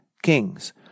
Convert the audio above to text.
kings